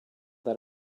that